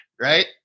right